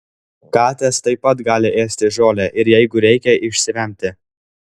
katės taip pat gali ėsti žolę ir jeigu reikia išsivemti